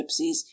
gypsies